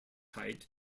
height